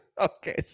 Okay